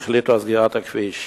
שהחליטו על סגירת הכביש.